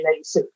1986